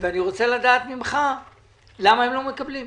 ואני רוצה לדעת ממך למה הן לא מקבלות.